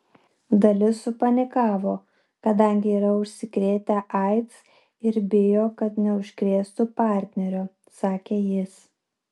dalis supanikavo kadangi yra užsikrėtę aids ir bijo kad neužkrėstų partnerio sakė jis